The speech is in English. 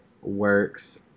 works